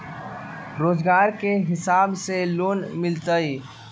रोजगार के हिसाब से लोन मिलहई?